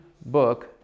book